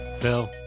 Phil